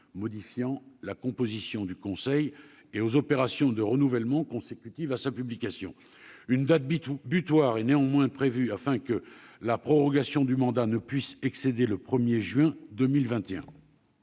modifiant la composition et aux opérations de renouvellement consécutives à sa publication. Une date butoir est néanmoins prévue, afin que la prorogation du mandat ne puisse pas excéder le 1 juin 2021.